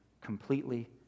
completely